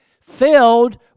filled